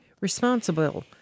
responsible